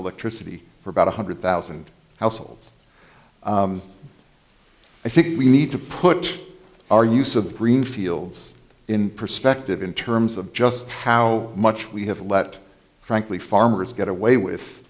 electricity for about one hundred thousand households i think we need to put our use of the green fields in perspective in terms of just how much we have let frankly farmers get away with